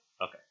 Okay